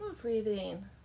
breathing